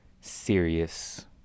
serious